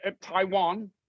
Taiwan